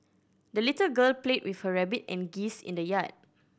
the little girl played with her rabbit and geese in the yard